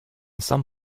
some